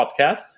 podcast